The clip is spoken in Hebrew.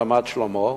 ברמת-שלמה,